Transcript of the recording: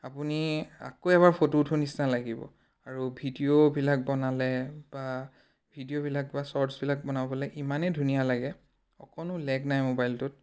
আপুনি আকৌ এবাৰ ফটো উঠোঁ নিচিনা লাগিব আৰু ভিডিঅ'বিলাক বনালে বা ভিডিঅ'বিলাক বা শ্বৰ্টছবিলাক বনাবলৈ ইমানেই ধুনীয়া লাগে অকণো লেগ নাই মোবাইলটোত